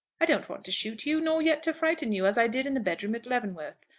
i don't want to shoot you nor yet to frighten you, as i did in the bed-room at leavenworth.